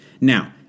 Now